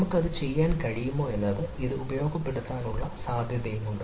നമുക്ക് അത് ചെയ്യാൻ കഴിയുമോ എന്നത് ഇത് ഉപയോഗപ്പെടുത്താനുള്ള സാധ്യതയുണ്ട്